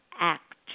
act